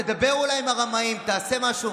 תדבר אולי עם הרמאים, תעשה משהו.